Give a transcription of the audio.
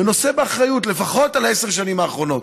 ונושא באחריות לפחות על עשר השנים האחרונות.